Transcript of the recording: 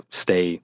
stay